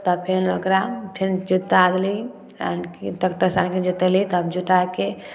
तऽ फेन ओकरा फेन जोता देली आनिके टेक्टरसे आनिके जोतेली तब जोताके